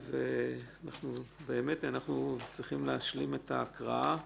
אנחנו צריכים להשלים את ההקראה.